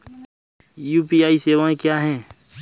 UPI सवायें क्या हैं?